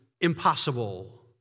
impossible